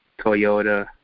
Toyota